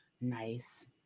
nice